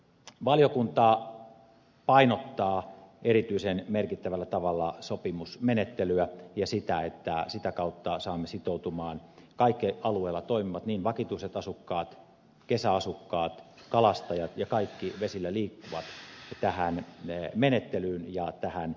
valiokunta painottaa erityisen merkittävällä tavalla sopimusmenettelyä ja sitä että sitä kautta saamme sitoutumaan kaikki alueella toimivat niin vakituiset asukkaat kesäasukkaat kalastajat kuin kaikki vesillä liikkuvat tähän menettelyyn ja tähän rajoitustoimenpiteeseen